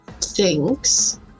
thanks